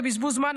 זה בזבוז זמן,